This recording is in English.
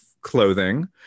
clothing